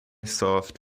soft